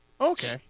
Okay